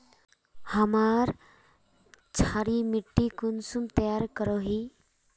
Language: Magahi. हमार क्षारी मिट्टी कुंसम तैयार करोही?